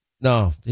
no